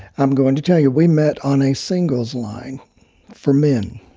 i'm going to tell you, we met on a singles line for men.